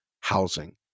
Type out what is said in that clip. housing